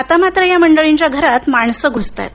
आता मात्र या मडळींच्या घरात माणसं घ्सताहेत